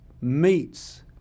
meets